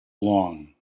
long